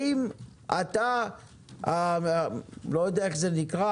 אני לא יודע איך זה נקרא,